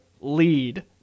lead